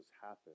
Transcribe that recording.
happen